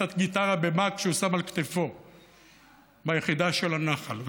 הגיטרה במאג שהוא שם על כתפו ביחידה של הנח"ל.